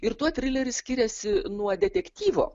ir tuo trileris skiriasi nuo detektyvo